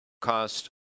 cost